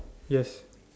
yes